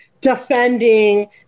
defending